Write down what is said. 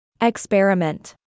Experiment